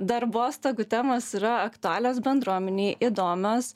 darbostogų temos yra aktualios bendruomenei įdomios